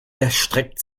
erstreckt